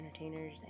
entertainers